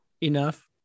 enough